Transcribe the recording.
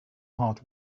heart